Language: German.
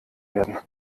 werden